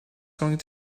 going